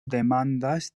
demandas